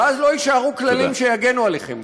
ואז לא יישארו כללים שיגנו עליכם.